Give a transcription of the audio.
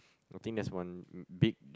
I think that's one big